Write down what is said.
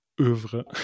oeuvre